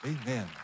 amen